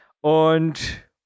Und